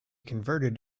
converted